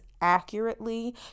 accurately